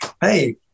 hey